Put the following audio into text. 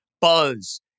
buzz